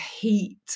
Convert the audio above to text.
heat